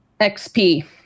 XP